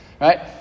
right